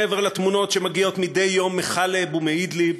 מעבר לתמונות שמגיעות מדי יום מחאלב ומאידליב